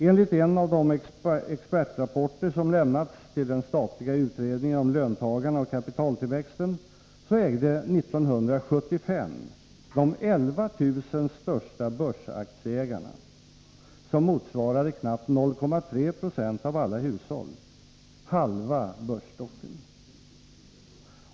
Enligt en av expertrapporterna till den statliga utredningen om löntagarna och kapitaltillväxten ägde 1975 de 11 000 största börsaktieägarna, som motsvarar knappt 0,3 20 av alla hushåll, halva börsstocken.